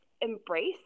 embrace